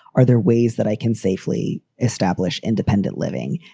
are there ways that i can safely establish independent living?